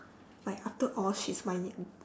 like after all she's my ni~